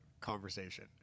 conversation